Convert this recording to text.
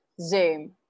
Zoom